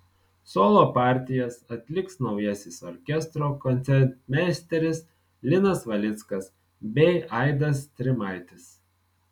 solo partijas atliks naujasis orkestro koncertmeisteris linas valickas bei aidas strimaitis